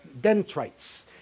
dendrites